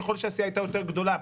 ככל שהסיעה הייתה יותר גדולה,